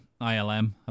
ILM